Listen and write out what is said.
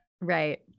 right